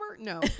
No